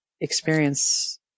experience